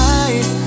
eyes